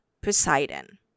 Poseidon